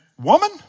woman